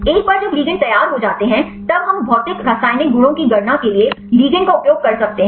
एक बार जब लिगंड तैयार हो जाते हैं तब हम भौतिक रासायनिक गुणों की गणना के लिए लिगैंड का उपयोग कर सकते हैं